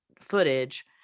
footage